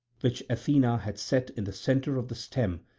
which athena had set in the centre of the stem,